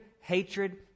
hatred